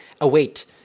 await